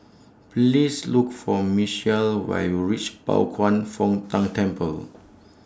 Please Look For Michial when YOU REACH Pao Kwan Foh Tang Temple